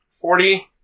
forty